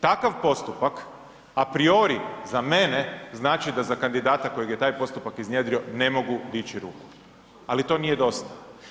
Takav postupak a priori za mene znači da za kandidata kojeg je taj postupak iznjedrio ne mogu dići ruku, ali to nije dosta.